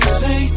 say